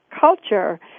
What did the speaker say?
culture